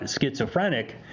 schizophrenic